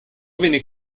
wenig